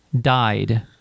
died